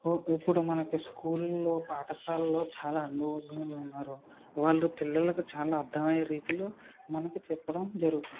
ఓ ఇప్పుడు మనకి స్కూల్లో పాఠశాలలో చాలా అనుభవజ్ఞులు ఉన్నారు వాళ్ళు పిల్లలకి చాలా అర్థమయ్యే రీతిలో మనకి చెప్పడం జరుగుతుంది